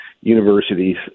universities